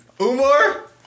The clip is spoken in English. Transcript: Umar